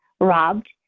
robbed